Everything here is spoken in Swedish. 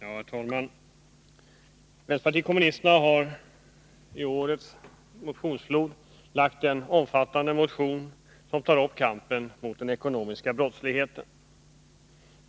Herr talman! Vänsterpartiet kommunisterna har till årets motionsflod bidragit med en omfattande motion som berör kampen mot den ekonomiska brottslighéten.